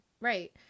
right